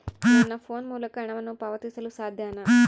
ನನ್ನ ಫೋನ್ ಮೂಲಕ ಹಣವನ್ನು ಪಾವತಿಸಲು ಸಾಧ್ಯನಾ?